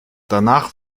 danach